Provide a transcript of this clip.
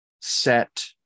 set